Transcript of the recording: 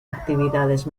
actividades